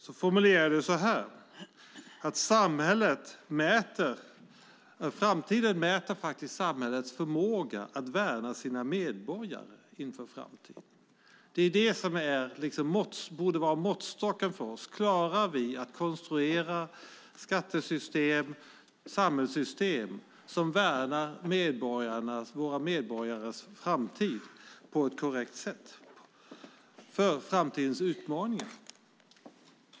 Jag formulerade det så här: Framtiden visar samhällets förmåga att värna sina medborgare. Detta borde vara måttstocken för oss. Klarar vi att konstruera skattesystem och samhällssystem som värnar våra medborgare på ett korrekt sätt för framtidens utmaningar?